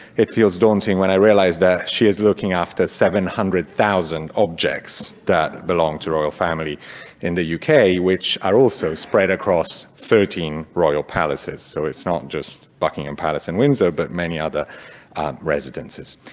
it feels daunting when i realize that she is looking after seven hundred thousand objects that belong to royal family in the yeah uk, which are also spread across thirteen royal palaces, so it's not just buckingham palace and windsor, but many other residences.